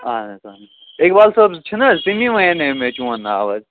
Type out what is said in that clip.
اَہَن حظ آ اِقبال صٲب چھُنہ حظ تٔمی وَنے مےٚ چون ناو حظ